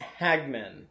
Hagman